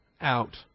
Out